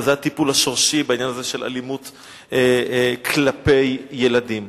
וזה הטיפול השורשי בעניין הזה של אלימות כלפי ילדים.